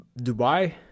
Dubai